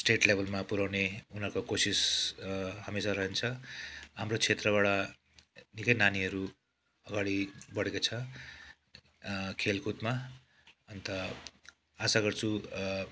state लेभलमा पुर्याउने उनीहरूको कोसिस हमेसा रहन्छ हाम्रो क्षेत्रबाट निकै नानीहरू अगाडि बढेको छ खेलकुदमा अन्त आशा गर्छु